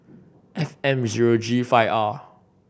F M zero G five R